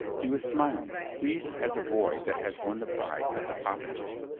he was smiling, pleased as a boy that has won the prize at the popinjay.